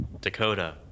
Dakota